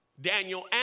Daniel